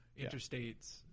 Interstates